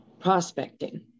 prospecting